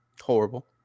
horrible